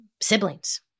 siblings